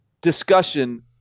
discussion